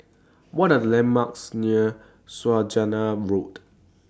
What Are The landmarks near Saujana Road